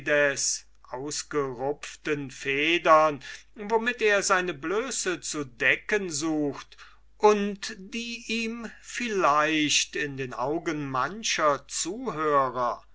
euripides ausgerupften federn womit er seine blöße zu decken sucht und die ihm vielleicht in den augen mancher zuhörer